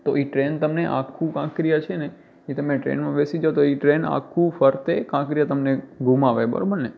તો એ ટ્રેન તમને આખું કાંકરિયા છે ને એ તમે ટ્રેનમાં બેસી જાવ તો એ ટ્રેન આખું ફરતે કાંકરિયા તમને ઘુમાવે બરાબર ને